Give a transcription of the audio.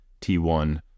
t1